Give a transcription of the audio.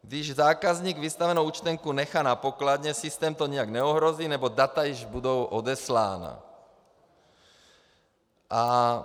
Když zákazník vystavenou účtenku nechá na pokladně, systém to nijak neohrozí, neboť data již budou odeslána.